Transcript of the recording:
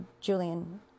Julian